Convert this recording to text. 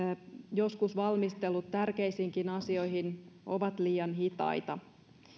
joskus valmistelut tärkeisiinkin asioihin ovat liian hitaita